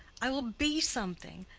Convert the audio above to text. i will be something.